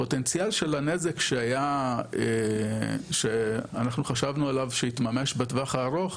הפוטנציאל של הנזק שאנחנו חשבנו עליו שיתממש בטווח הארוך,